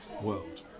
world